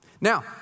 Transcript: Now